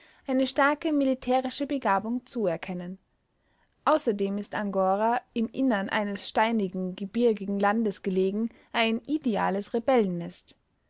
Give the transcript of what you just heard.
eine starke militärische begabung zuerkennen außerdem ist angora im innern eines steinigen gebirgigen landes gelegen ein ideales